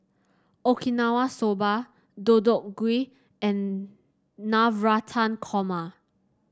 Okinawa Soba Deodeok Gui and Navratan Korma